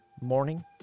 morning